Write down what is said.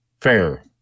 Fair